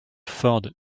ford